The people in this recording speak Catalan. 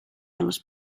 els